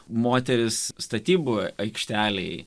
moteris statybų aikštelėje